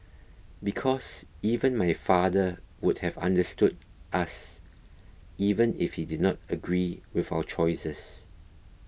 because even my father would have understood us even if he did not agree with our choices